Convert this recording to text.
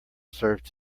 served